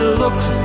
looked